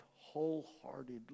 wholeheartedly